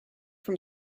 from